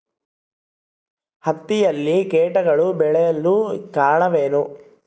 ಹತ್ತಿಯಲ್ಲಿ ಕೇಟಗಳು ಬೇಳಲು ಕಾರಣವೇನು?